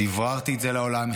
דבררתי את זה לעולם,